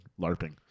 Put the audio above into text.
LARPing